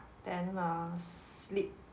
then uh sleep